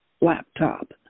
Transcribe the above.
laptop